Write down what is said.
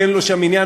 כי אין לו שם עניין.